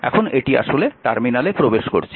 এখন এটি আসলে টার্মিনালে প্রবেশ করছে